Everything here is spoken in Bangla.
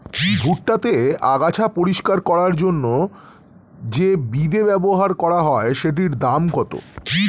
ভুট্টা তে আগাছা পরিষ্কার করার জন্য তে যে বিদে ব্যবহার করা হয় সেটির দাম কত?